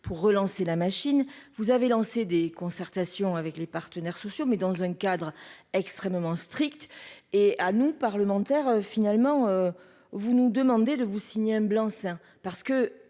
pour relancer la machine, vous avez lancé des concertations avec les partenaires sociaux, mais dans un cadre extrêmement strict et à nous, parlementaires, finalement, vous nous demandez de vous signer un blanc-seing